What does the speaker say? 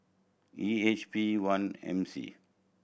E H P one M C